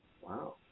Wow